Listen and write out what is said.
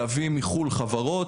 להביא מחו"ל חברות.